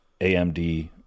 AMD